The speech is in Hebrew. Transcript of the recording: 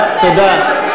תודה, תודה.